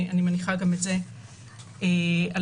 אלה